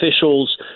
officials